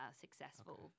successful